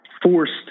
forced